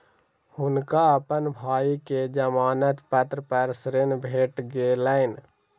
हुनका अपन भाई के जमानत पत्र पर ऋण भेट गेलैन